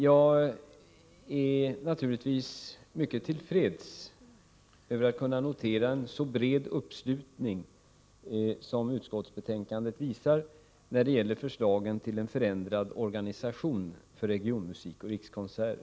Jag är naturligtvis mycket till freds med att kunna notera en så bred uppslutning som utskottsbetänkandet visar när det gäller förslagen till en förändrad organisation för regionmusik och rikskonserter.